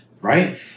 right